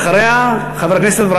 אחריה, חבר הכנסת נסים